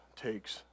takes